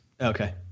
Okay